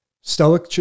Stoic